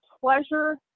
pleasure